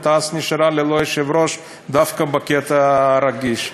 ותע"ש נשארה ללא יושב-ראש דווקא בקטע הרגיש.